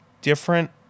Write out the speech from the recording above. different